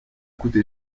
coûté